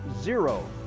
zero